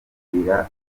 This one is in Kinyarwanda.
kwitabira